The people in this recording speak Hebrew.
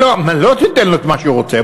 לא תיתן לו את מה שהוא רוצה,